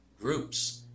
groups